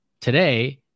today